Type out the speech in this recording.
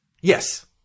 Yes